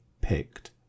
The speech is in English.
picked